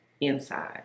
inside